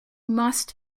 must